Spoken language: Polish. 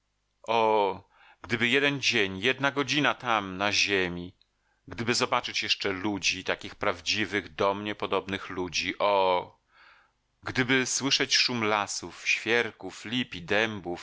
o gdyby jeden dzień jedna godzina tam na ziemi gdyby zobaczyć jeszcze ludzi takich prawdziwych do mnie podobnych ludzi o gdyby słyszeć szum lasów świerków lip i dębów